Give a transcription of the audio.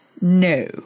No